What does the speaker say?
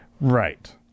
Right